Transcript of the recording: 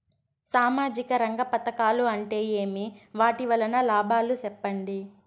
సామాజిక రంగం పథకాలు అంటే ఏమి? వాటి వలన లాభాలు సెప్పండి?